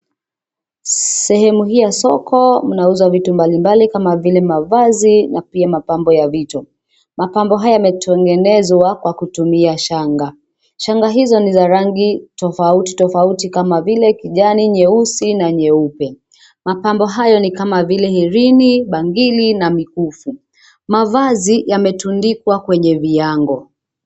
Sehemu hii ya soko munauza vitu mbali mbali kama vile mavazi na pia mapambo ya vichwa. Mapambo haya yametengenezwa kwa kutumia shanga. Shanga hizo niza rangi tofauti tofauti kama vile kijani, nyeusi na nyeupe. Mapambo hayo ni kama vile herini, bangili na mikufu Mavazi yametundikwa kwenye viango